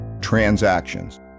transactions